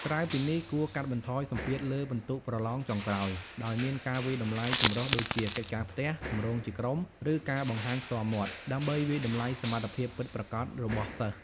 ក្រៅពីនេះ គួរកាត់បន្ថយសម្ពាធលើពិន្ទុប្រឡងចុងក្រោយ ដោយមានការវាយតម្លៃចម្រុះដូចជា កិច្ចការផ្ទះ គម្រោងជាក្រុម ឬការបង្ហាញផ្ទាល់មាត់ ដើម្បីវាយតម្លៃសមត្ថភាពពិតប្រាកដរបស់សិស្ស។